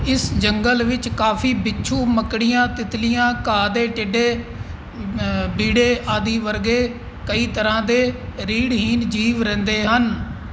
ਇਸ ਜੰਗਲ ਵਿੱਚ ਕਾਫ਼ੀ ਬਿੱਛੂ ਮੱਕੜੀਆਂ ਤਿੱਤਲੀਆਂ ਘਾਹ ਦੇ ਟਿੱਡੇ ਬੀਂਡੇ ਆਦਿ ਵਰਗੇ ਕਈ ਤਰ੍ਹਾਂ ਦੇ ਰੀੜ੍ਹਹੀਣ ਜੀਵ ਰਹਿੰਦੇ ਹਨ